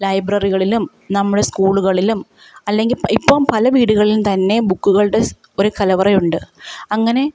ലൈബ്രറികളിലും നമ്മളെ സ്കൂളുകളിലും അല്ലെങ്കിൽ ഇപ്പോൾ പല വീടുകളിലും തന്നെ ബുക്കുകളുടെ ഒരു കലവറയുണ്ട് അങ്ങനെ